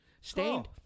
Stained